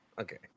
Okay